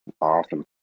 Awesome